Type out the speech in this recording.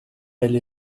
elle